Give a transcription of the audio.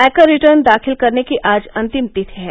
आयकर रिटर्न दाखिल करने की आज अंतिम तिथि है